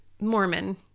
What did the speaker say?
Mormon